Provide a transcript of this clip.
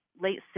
late